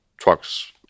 trucks